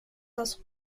das